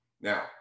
Now